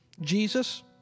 Jesus